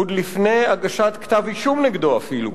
עוד לפני הגשת כתב אישום נגדו אפילו,